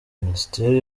minisiteri